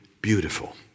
beautiful